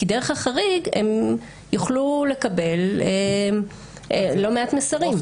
כי דרך החריג הם יוכלו לקבל לא מעט מסרים.